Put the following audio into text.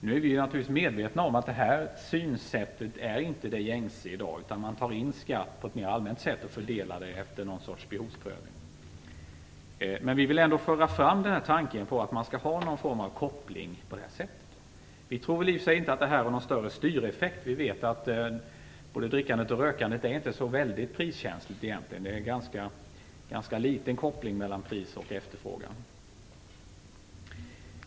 Vi är naturligtvis medvetna om att det här synsättet inte är gängse i dag. Man tar in skatt på ett mer allmänt sätt och gör en fördelning efter någon sorts behovsprövning. Vi vill ändå föra fram tanken på att det skall finnas någon form av koppling. Vi tror i och för sig inte att det har någon större styreffekt. Vi vet att både drickandet och rökandet egentligen inte är så priskänsligt. Det är en ganska liten koppling mellan pris och efterfrågan.